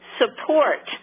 support